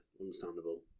understandable